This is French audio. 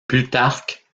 plutarque